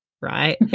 Right